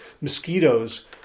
Mosquitoes